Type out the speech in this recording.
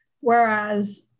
whereas